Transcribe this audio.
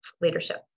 leadership